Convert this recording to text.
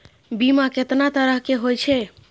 बीमा केतना तरह के हाई छै?